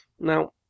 Now